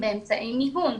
באמצעי מיגון.